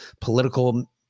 political